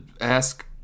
ask